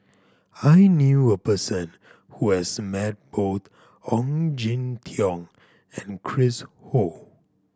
I knew a person who has met Ong Jin Teong and Chris Ho